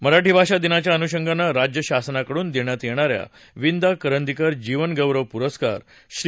मराठी भाषा दिनाच्या अनुषंगानं राज्य शासनाकडून देण्यात येणाऱ्या विंदा करंदीकर जीवन गौरव पुरस्कार श्री